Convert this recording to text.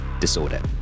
Disorder